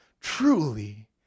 truly